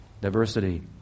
diversity